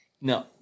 No